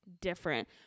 different